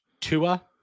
Tua